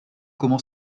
comment